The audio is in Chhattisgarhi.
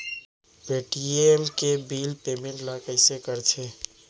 पे.टी.एम के बिल पेमेंट ल कइसे करथे?